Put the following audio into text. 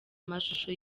amashusho